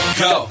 go